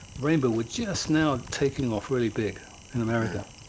rainbow was just now taking off really big in america.